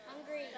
Hungry